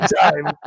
time